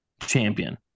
champion